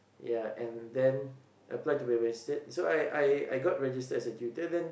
ya and then apply to be megistrate so I I I got registered as a tutor then